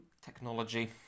technology